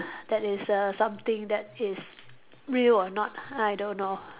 that is err something that is real or not I don't know